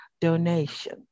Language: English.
donation